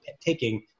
taking